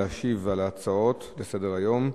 להשיב על ההצעות לסדר-היום.